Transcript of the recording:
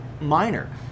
minor